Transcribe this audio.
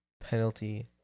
penalty